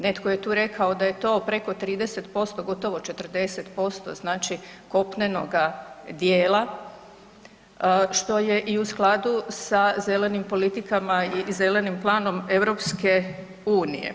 Netko je tu rekao da je to preko 30%, gotovo 40%, znači kopnenoga dijela, što je i u skladu sa zelenim politikama i Zelenim planom EU.